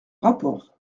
rapport